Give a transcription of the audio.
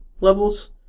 levels